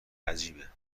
عجیبه